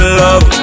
love